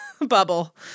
bubble